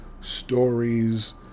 stories